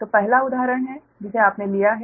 तो यह पहला उदाहरण है जिसे आपने लिया है